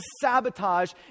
sabotage